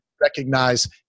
recognize